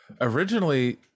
Originally